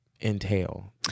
entail